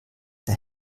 der